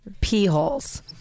P-holes